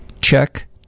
check